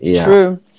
true